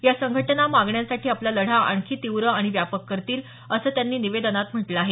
या संघटना मागण्यांसाठी आपला लढा आणखी तीव्र आणि व्यापक करतील असं त्यांनी निवेदनात म्हटलं आहे